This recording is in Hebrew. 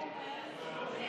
הליכוד, קבוצת